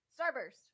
Starburst